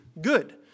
good